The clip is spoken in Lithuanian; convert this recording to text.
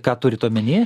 ką turite omenyje